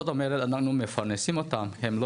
זאת אומרת אנחנו מפרנסים אותם והם לא